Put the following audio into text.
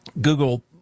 Google